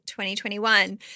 2021